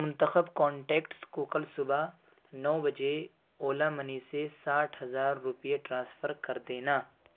منتخب کانٹیکٹس کو کل صبح نو بجے اولا منی سے ساٹھ ہزار روپے ٹرانسفر کر دینا